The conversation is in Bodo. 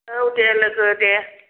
औ दे लोगो दे